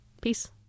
peace